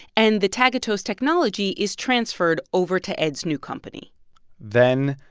and the tagatose technology is transferred over to ed's new company then,